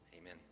Amen